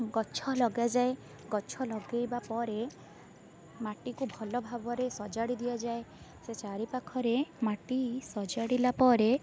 ଗଛ ଲଗାଯାଏ ଗଛ ଲଗାଇବା ପରେ ମାଟିକୁ ଭଲଭାବରେ ସଜାଡ଼ି ଦିଆଯାଏ ସେ ଚାରି ପାଖରେ ମାଟି ସଜାଡ଼ିଲା ପରେ